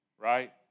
right